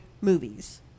movies